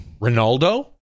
Ronaldo